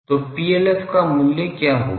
तो PLF का मूल्य क्या होगा